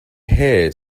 hair